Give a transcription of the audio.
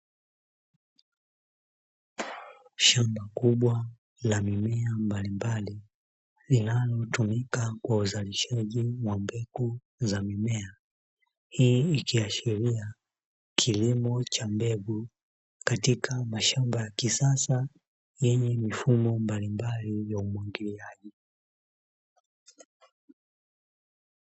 Shamba kubwa la mimea mbalimbali, linalotumika kwa uzalishaji wa mbegu za mimea, hii ikiashiria kilimo cha mbegu katika mashamba ya kisasa yenye mifumo mbalimbali ya umwagiliaji .